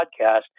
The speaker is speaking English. podcast